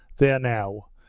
there now,